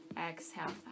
Exhale